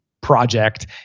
project